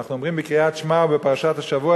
אנחנו אומרים בקריאת שמע ובפרשת השבוע